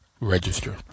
register